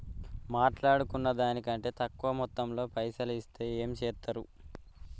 మాట్లాడుకున్న దాని కంటే తక్కువ మొత్తంలో పైసలు ఇస్తే ఏం చేత్తరు?